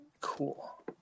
Cool